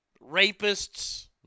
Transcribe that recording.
rapists